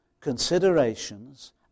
considerations